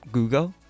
Google